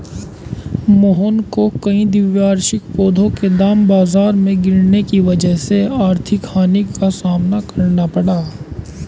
मोहन को कई द्विवार्षिक पौधों के दाम बाजार में गिरने की वजह से आर्थिक हानि का सामना करना पड़ा